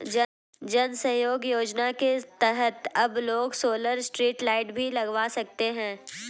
जन सहयोग योजना के तहत अब लोग सोलर स्ट्रीट लाइट भी लगवा सकते हैं